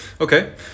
Okay